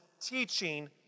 teaching